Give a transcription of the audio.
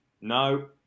No